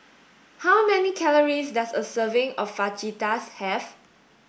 how many calories does a serving of Fajitas have